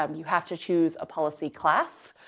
um you have to choose a policy class,